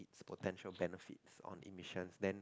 it's potential benefits on emissions then